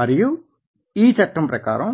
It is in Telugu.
మరియు ఈ చట్టం ప్రకారం